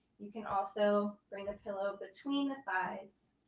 you can also bring a pillow between the thighs,